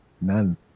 None